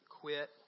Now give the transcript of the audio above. quit